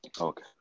Okay